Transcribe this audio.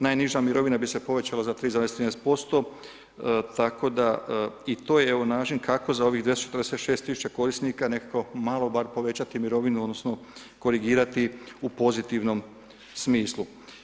Najniža mirovina bi se povećala za 13,3% tako da i to je evo način kako za ovih 246 000 korisnika nekako malo bar povećati mirovinu odnosno korigirati u pozitivnom smislu.